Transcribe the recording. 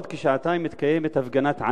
בעוד כשעתיים מתקיימת הפגנת ענק,